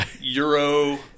Euro